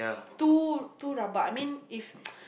too too rabak I mean if